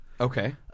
Okay